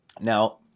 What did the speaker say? Now